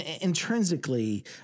intrinsically